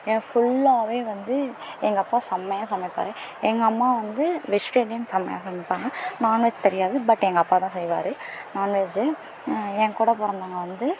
ஏன் ஃபுல்லாகவே வந்து எங்கள் அப்பா செமையாக சமைப்பார் எங்கள் அம்மா வந்து வெஜிடேரியன் செமையாக சமைப்பாங்க நான்வெஜ் தெரியாது பட் எங்கள் அப்பா தான் செய்வார் நான்வெஜ்ஜூ என் கூட பிறந்தவங்க வந்து